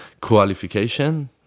qualification